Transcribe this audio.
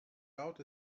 out